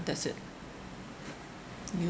that's it you